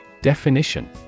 Definition